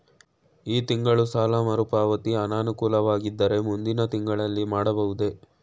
ಈ ತಿಂಗಳು ಸಾಲ ಮರುಪಾವತಿ ಅನಾನುಕೂಲವಾಗಿದ್ದರೆ ಮುಂದಿನ ತಿಂಗಳಲ್ಲಿ ಮಾಡಬಹುದೇ?